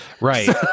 Right